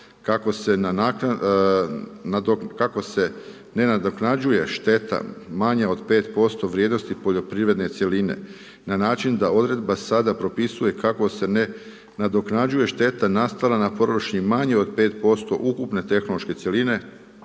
kako se ne nadoknađuje šteta manja od 5% vrijednosti poljoprivredne cjeline, na način da odredba sada propisuje kako se ne nadoknađuje šteta nastala na površini manjoj o 5% ukupne tehnološke cjeline,